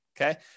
Okay